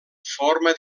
forma